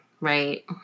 right